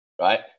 right